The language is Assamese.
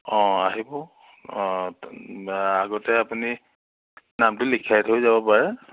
অঁ আহিব আপু আগতে আপুনি নামটো লিখাই থৈয়ো যাব পাৰে